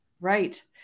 right